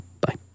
Bye